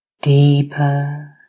deeper